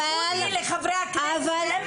הזכות היא לחברי הכנסת והם אסור להם להעיר.